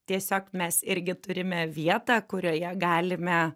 tiesiog mes irgi turime vietą kurioje galime